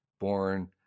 Born